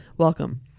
welcome